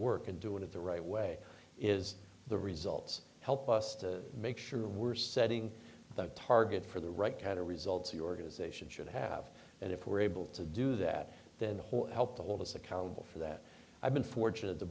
work and doing it the right way is the results help us to make sure we're setting the target for the right kind of results the organization should have and if we're able to do that then the whole help to hold us accountable for that i've been fortunate the